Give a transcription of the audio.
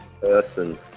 Person